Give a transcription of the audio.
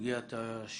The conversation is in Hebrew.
בסוגיית השביתה.